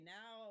now